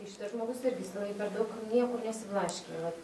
tai šitas žmogus irgi jis jinai per daug niekur nesiblaškė vat